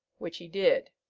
which he did.